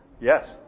Yes